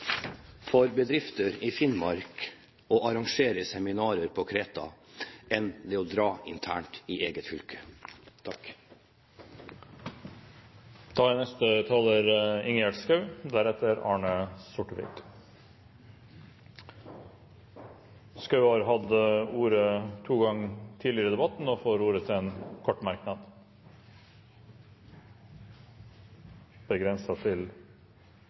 for bedrifter i Finnmark å arrangere seminar på Kreta enn det er å dra innen eget fylke. Ingjerd Schou har hatt ordet to ganger og får ordet til en kort merknad, begrenset til